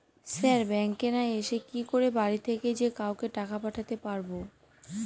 Sir ব্যাঙ্কে না এসে কি করে বাড়ি থেকেই যে কাউকে টাকা পাঠাতে পারবো?